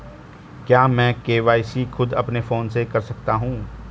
क्या मैं के.वाई.सी खुद अपने फोन से कर सकता हूँ?